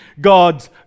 God's